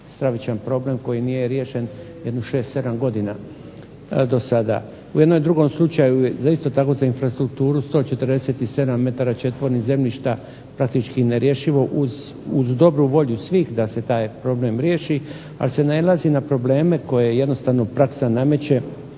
stravičan problem koji nije riješen jedno 6, 7 godina do sada. U jednom drugom slučaju je isto tako za infrastrukturu 147 metara četvornih zemljišta praktički nerješivo uz dobru volju svih da se taj problem riješi, ali se nailazi na probleme koje jednostavno praksa nameće.